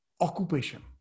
occupation